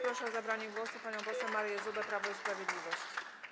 Proszę o zabranie głosu panią poseł Marię Zubę, Prawo i Sprawiedliwość.